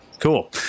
Cool